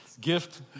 Gift